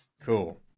Cool